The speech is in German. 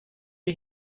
wir